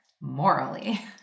morally